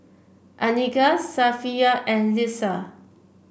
Andika Safiya and Lisa